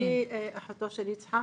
אני ברכה, אני אחותו של יצחק.